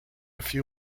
few